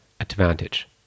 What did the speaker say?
advantage